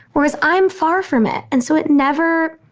whereas i'm far from it. and so it never,